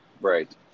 Right